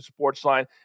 Sportsline